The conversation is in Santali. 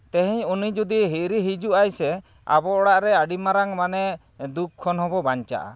ᱛᱮᱦᱮᱧ ᱩᱱᱤ ᱡᱩᱫᱤ ᱦᱤᱨᱤ ᱦᱤᱡᱩᱜ ᱟᱭ ᱥᱮ ᱟᱵᱚ ᱚᱲᱟᱜ ᱨᱮ ᱟᱹᱰᱤ ᱢᱟᱨᱟᱝ ᱢᱟᱱᱮ ᱫᱩᱠ ᱠᱷᱚᱱ ᱦᱚᱸ ᱵᱚᱱ ᱵᱟᱧᱪᱟᱜᱼᱟ